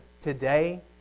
today